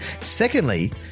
Secondly